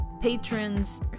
patrons